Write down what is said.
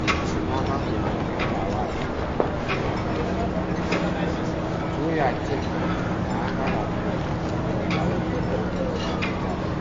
likisimama kwenye eneo la wazi lenye udongo usio na mimea. Juu ya jengo kuna anga la bluu lenye mawingu meupe na machache.